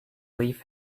leave